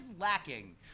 lacking